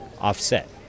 offset